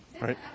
Right